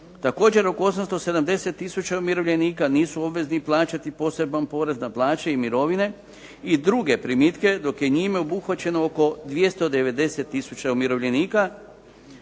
Također, oko 870 tisuća umirovljenika nisu obvezni plaćati poseban porez na plaće i mirovine i druge primitke dok je njime obuhvaćeno oko 290 tisuća umirovljenika.